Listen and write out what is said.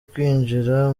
kwinjira